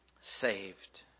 saved